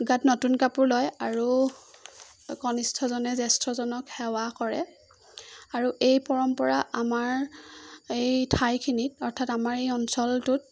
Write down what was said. গাত নতুন কাপোৰ লয় আৰু কনিষ্ঠজনে জ্যেষ্ঠজনক সেৱা কৰে আৰু এই পৰম্পৰা আমাৰ এই ঠাইখিনিত অৰ্থাৎ আমাৰ এই অঞ্চলটোত